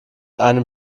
einem